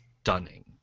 stunning